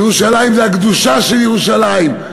ירושלים זה הקדושה של ירושלים.